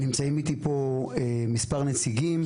נמצאים איתי פה מספר נציגים.